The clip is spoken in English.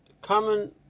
common